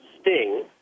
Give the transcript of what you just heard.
sting